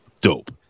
dope